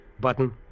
Button